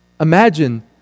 Imagine